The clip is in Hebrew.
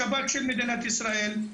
לשב"כ של מדינת ישראל,